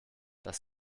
das